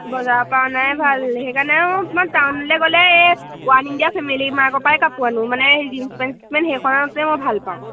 বজাৰৰ পৰা নাই ভাল সেইকাৰণে ম মাৰ টাউনলে গ'লে এই ওৱান ইণ্ডিয় ফেমিলি মাৰ্কৰৰ পৰাই কাপোৰনো মানে জিন্স পেণ্ট চ পেণ্ট সেইখনতে মই ভাল পাওঁ